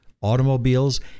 automobiles